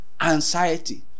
anxiety